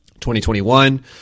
2021